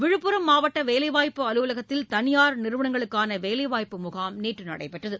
விழுப்புரம் மாவட்ட வேலைவாய்ப்பு அலுவலகத்தில் தனியாா் நிறுவனங்களுக்கான வேலைவாய்ப்பு முகாம் நேற்று நடைபெற்றது